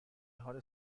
حال